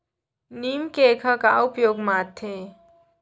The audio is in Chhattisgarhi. नीम केक ह का उपयोग मा आथे?